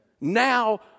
now